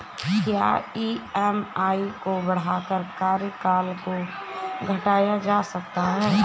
क्या ई.एम.आई को बढ़ाकर कार्यकाल को घटाया जा सकता है?